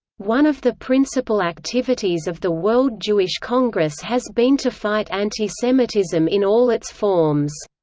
one of the principal activities of the world jewish congress has been to fight anti-semitism in all its forms.